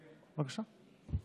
בבקשה.